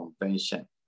convention